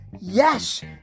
Yes